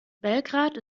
belgrad